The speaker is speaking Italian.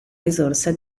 risorsa